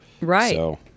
Right